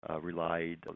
relied